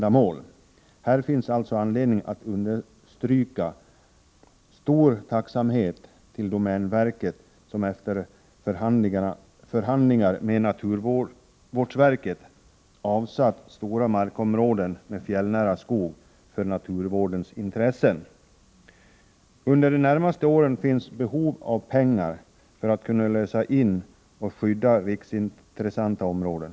Härvidlag finns det anledning att uttrycka stor tacksamhet gentemot domänverket, som efter förhandlingar med naturvårdsverket för naturvårdens intressen avsatt stora markområden med fjällnära skog. Under de närmaste åren finns behov av pengar för att kunna lösa in och skydda intressanta områden.